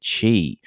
Chi